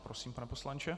Prosím, pane poslanče.